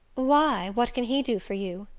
why, what can he do for you?